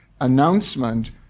announcement